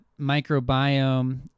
microbiome